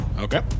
Okay